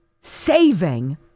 saving